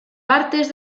partes